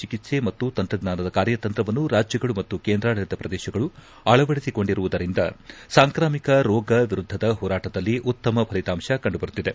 ಚಿಕಿತ್ಪೆ ಮತ್ತು ತಂತ್ರಜ್ಞಾನದ ಕಾರ್ಯತಂತ್ರವನ್ನು ರಾಜ್ಯಗಳು ಮತ್ತು ಕೇಂದ್ರಾಡಳಿತ ಪ್ರದೇಶಗಳು ಅಳವಡಿಸಿಕೊಂಡಿರುವುದರಿಂದ ಸಾಂಕ್ರಾಮಿಕ ರೋಗ ವಿರುದ್ದದ ಹೋರಾಟದಲ್ಲಿ ಉತ್ತಮ ಫಲಿತಾಂಶ ಕಂಡುಬರುತ್ತಿದೆ